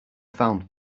found